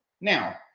Now